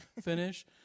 finish